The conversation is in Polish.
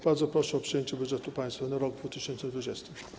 Bardzo proszę o przyjęcie budżetu państwa na rok 2020.